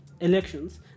elections